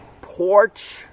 porch